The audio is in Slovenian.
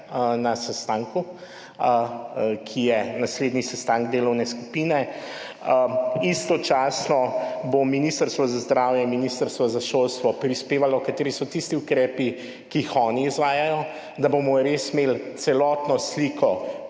na sestanku, ki je naslednji sestanek delovne skupine. Istočasno bo ministrstvo za zdravje, ministrstvo za šolstvo prispevalo, kateri so tisti ukrepi, ki jih oni izvajajo, da bomo res imeli celotno sliko,